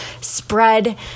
spread